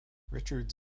richards